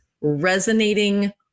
resonating